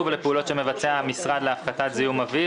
ולפעולות שמבצע המשרד להפסקת זיהום אוויר